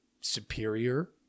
superior